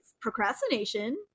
procrastination